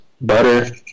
butter